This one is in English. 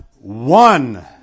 one